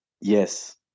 Yes